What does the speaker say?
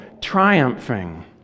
triumphing